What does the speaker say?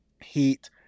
Heat